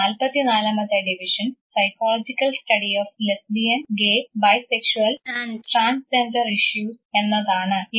നാല്പത്തി നാലാമത്തെ division psychological study of lesbian gay bisexual and transgender issues psychological study of Lesbian Gay Bisexual and Transgender issues എന്നതാണ്